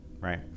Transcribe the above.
right